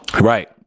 right